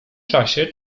czasie